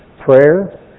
Prayer